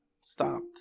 stopped